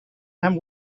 and